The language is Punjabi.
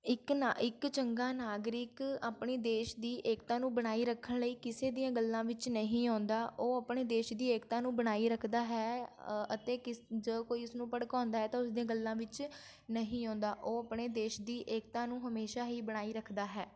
ਇੱਕ ਨਾ ਇੱਕ ਚੰਗਾ ਨਾਗਰਿਕ ਆਪਣੀ ਦੇਸ਼ ਦੀ ਏਕਤਾ ਨੂੰ ਬਣਾਈ ਰੱਖਣ ਲਈ ਕਿਸੇ ਦੀਆਂ ਗੱਲਾਂ ਵਿੱਚ ਨਹੀਂ ਆਉਂਦਾ ਉਹ ਆਪਣੇ ਦੇਸ਼ ਦੀ ਏਕਤਾ ਨੂੰ ਬਣਾਈ ਰੱਖਦਾ ਹੈ ਅਤੇ ਕਿਸ ਜੋ ਕੋਈ ਉਸਨੂੰ ਭੜਕਾਉਂਦਾ ਹੈ ਤਾਂ ਉਸ ਦੀਆਂ ਗੱਲਾਂ ਵਿੱਚ ਨਹੀਂ ਆਉਂਦਾ ਉਹ ਆਪਣੇ ਦੇਸ਼ ਦੀ ਏਕਤਾ ਨੂੰ ਹਮੇਸ਼ਾ ਹੀ ਬਣਾਈ ਰੱਖਦਾ ਹੈ